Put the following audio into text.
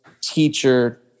teacher